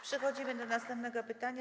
Przechodzimy do następnego pytania.